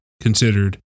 considered